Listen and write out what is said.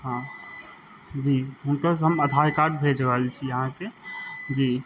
हँ जी हुनकर हम आधार कार्ड भेज रहल छी अहाँके जी